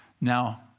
now